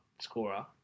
scorer